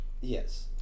Yes